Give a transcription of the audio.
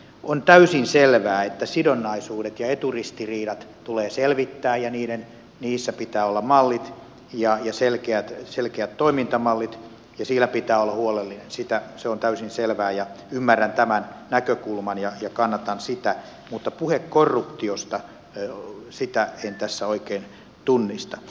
on täysin selvää että sidonnaisuudet ja eturistiriidat tulee selvittää ja niissä pitää olla mallit ja selkeät toimintamallit ja siinä pitää olla huolellinen se on täysin selvää ja ymmärrän tämän näkökulman ja kannatan sitä mutta puhe korruptiosta sitä en tässä oikein tunnista